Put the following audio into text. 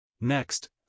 Next